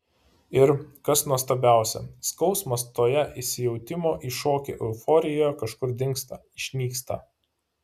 ir kas nuostabiausia skausmas toje įsijautimo į šokį euforijoje kažkur dingsta išnyksta